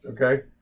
okay